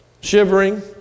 shivering